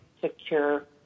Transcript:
secure